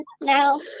now